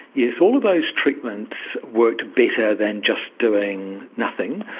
yes, all of those treatments worked better than just doing nothing.